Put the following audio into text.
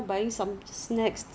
miss miss miss